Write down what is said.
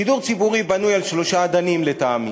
שידור ציבורי בנוי על שלושה אדנים, לטעמי: